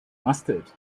mustard